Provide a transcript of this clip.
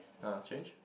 uh change